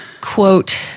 Quote